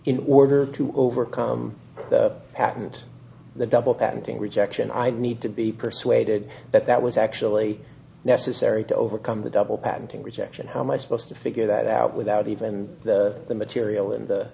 in order to overcome the patent the double patenting rejection i'd need to be persuaded that that was actually necessary to overcome the double patenting rejection how my supposed to figure that out without even the material in the